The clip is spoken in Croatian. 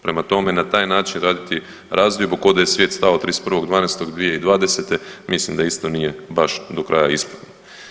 Prema tome, na taj način raditi razdiobu, kao da je svijet stao 31.12.2020., mislim da isto nije baš do kraja ispravno.